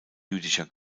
jüdischer